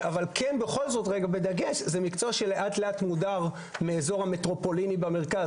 אני אדגיש שזה מקצוע שלאט לאט מודר מאזור מטרופולין המרכז,